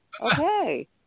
okay